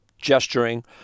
gesturing